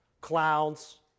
clouds